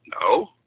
no